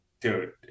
dude